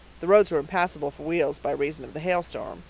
the roads were impassable for wheels by reason of the hailstones,